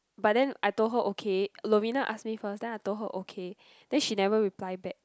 but then I told her okay Lovina ask me first then I told her okay then she never reply back